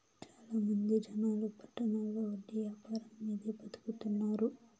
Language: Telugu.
చాలా మంది జనాలు పట్టణాల్లో వడ్డీ యాపారం మీదే బతుకుతున్నారు